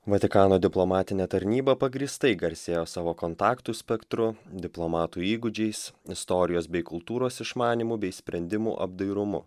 vatikano diplomatinė tarnyba pagrįstai garsėjo savo kontaktų spektru diplomatų įgūdžiais istorijos bei kultūros išmanymu bei sprendimų apdairumu